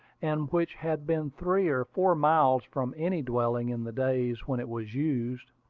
and which had been three or four miles from any dwelling in the days when it was used.